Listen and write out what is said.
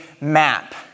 map